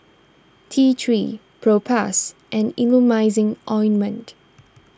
T three Propass and Emulsying Ointment